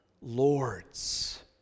Lord's